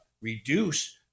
Reduce